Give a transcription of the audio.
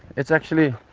it is actually